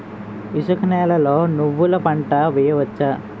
ఇసుక నేలలో నువ్వుల పంట వేయవచ్చా?